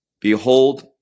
Behold